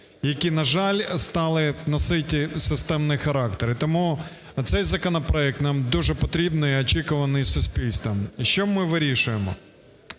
які, на жаль стали носить системний характер. І тому цей законопроект нам дуже потрібний і очікуваний суспільством. Що ми вирішуємо?